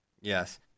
Yes